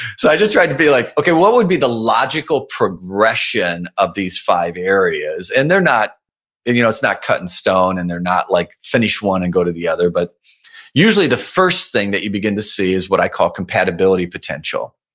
so i just tried to be like, okay, what would be the logical progression of these five areas? and you know it's not cutting stone and they're not like finish one and go to the other, but usually the first thing that you begin to see is what i call compatibility potential.